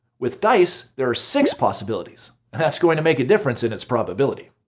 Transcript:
with dice there are six possibilities. and that's going to make a difference in its probability.